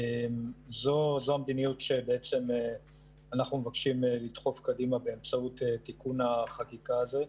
זו המדיניות שאנחנו מבקשים לדחוף קדימה באמצעות תיקון החקיקה הזה,